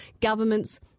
Governments